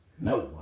No